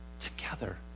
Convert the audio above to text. together